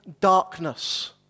darkness